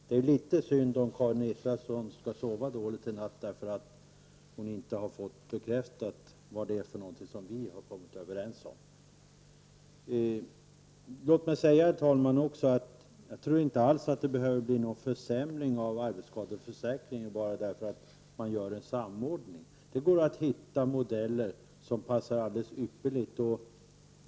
Det är ju litet synd om Karin Israelsson skall sova dåligt i natt på grund av att hon inte har fått bekräftat vad det är vi har kommit överens om. Herr talman! Jag tror inte alls att det faktum att man gör en samordning behöver innebära någon försämring av arbetsskadeförsäkringen. Det går att hitta modeller som passar alldeles ypperligt.